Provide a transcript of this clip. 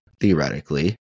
theoretically